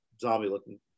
zombie-looking